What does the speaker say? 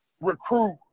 recruit